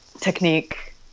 technique